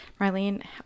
Marlene